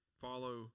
follow